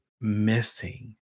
missing